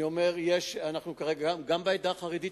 גם בעדה החרדית,